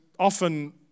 Often